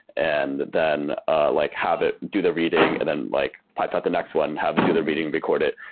and then ah like have it do the reading and then like pipe at the next one, have it do the reading, record it,